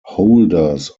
holders